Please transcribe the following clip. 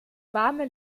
warme